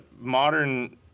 modern